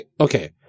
okay